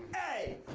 a!